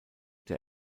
der